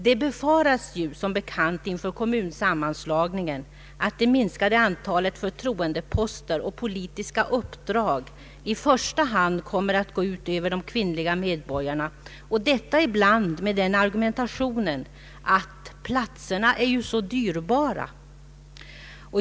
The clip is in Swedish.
Det befaras ju som bekant inför kommunsammanslagningen att det minskade antalet förtroendeposter och politiska uppdrag i första hand kommer att gå ut över kvinnorna och detta ibland med den argumentationen ”att platserna är ju så dyrbara”.